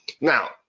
now